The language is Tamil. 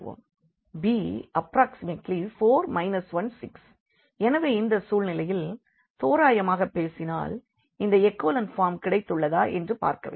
b4 1 6 எனவே இந்த சூழலில் தோராயமாக பேசினால் இந்த எகோலன் ஃபார்ம் கிடைத்துள்ளதா என்று பார்க்க வேண்டும்